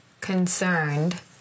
concerned